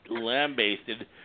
lambasted